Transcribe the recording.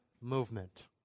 movement